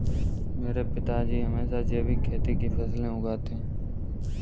मेरे पिताजी हमेशा जैविक खेती की फसलें उगाते हैं